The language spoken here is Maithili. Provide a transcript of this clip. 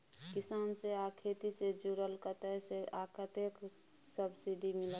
किसान से आ खेती से जुरल कतय से आ कतेक सबसिडी मिलत?